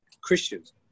Christians